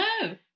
No